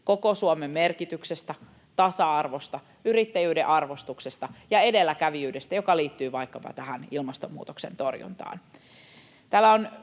koko Suomen merkityksestä, tasa-arvosta, yrittäjyyden arvostuksesta ja edelläkävijyydestä, joka liittyy vaikkapa tähän ilmastonmuutoksen torjuntaan.